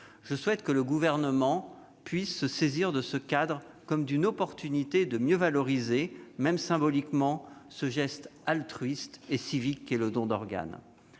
Je souhaite que le Gouvernement puisse se saisir de ce cadre comme d'une opportunité de mieux valoriser, même symboliquement, ce geste altruiste et civique qu'est le don d'organes.